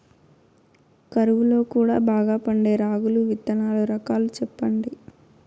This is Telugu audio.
కరువు లో కూడా బాగా పండే రాగులు విత్తనాలు రకాలు చెప్పండి?